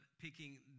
picking